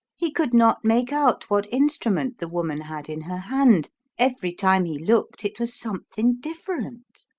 he could not make out what instru ment the woman had in her hand every time he looked it was something different.